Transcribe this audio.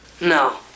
No